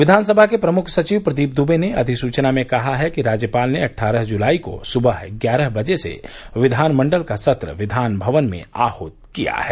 विधानसभा के प्रमुख सचिव प्रदीप दुबे ने अधिसूचना में कहा है कि राज्यपाल ने अट्ठारह जुलाई को सुबह ग्यारह बजे से विधानमंडल का सत्र विधान भवन में आहूत किया है